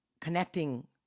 connecting